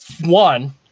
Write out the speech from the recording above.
one